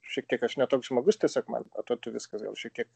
šiek tiek aš ne toks žmogus tiesiog man atrodytų viskas gal šiek tiek